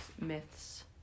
myths